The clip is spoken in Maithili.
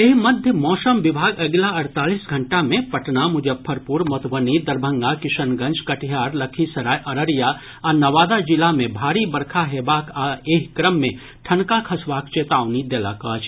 एहि मध्य मौसम विभाग अगिला अड़तालीस घंटा मे पटना मुजफ्फरपुर मधुबनी दरभंगा किशनगंज कटिहार लखीसराय अररिया आ नवादा जिला मे भारी बरखा हेबाक आ एहि क्रम मे ठनका खसबाक चेतावनी देलक अछि